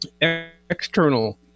External